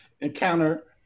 encounter